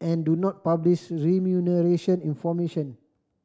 and do not publish remuneration information